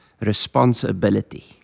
Responsibility